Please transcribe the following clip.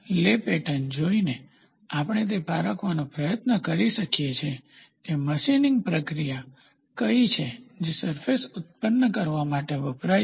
લે પેટર્ન જોઈને આપણે તે પારખવાનો પ્રયત્ન કરી શકીએ કે મશિનિંગ પ્રક્રિયા કઈ છે જે સરફેસ ઉત્પન્ન કરવા માટે વપરાય છે